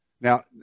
Now